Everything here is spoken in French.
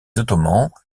ottomans